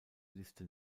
liste